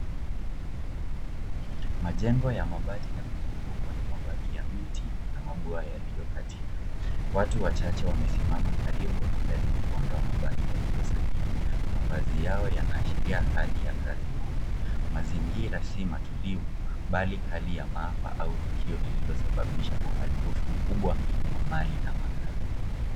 Majengo ya mabati yamezungukwa na mabaki ya miti na maboa yaliyokatika. Watu wachache wamesimama karibu wakijaribu kuondoa mabaki yaliyosalia. Mavazi yao yanaashiria hali ya kazi ngumu. Mazingira si matulivu bali hali ya maafa au tukio lilosababisha uharibifu mkubwa wa mali na makazi.